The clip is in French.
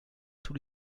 tous